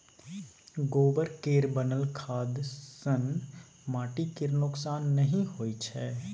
गोबर केर बनल खाद सँ माटि केर नोक्सान नहि होइ छै